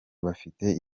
bafite